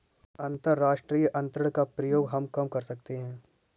अंतर्राष्ट्रीय अंतरण का प्रयोग हम कब कर सकते हैं?